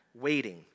waiting